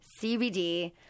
CBD